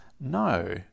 No